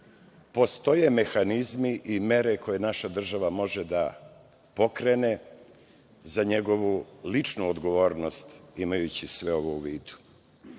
postoje mehanizmi i mere koje naša država može da pokrene za njegovu ličnu odgovornost imajući sve ovo u vidu? Taj